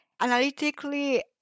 analytically